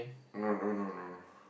no no no no no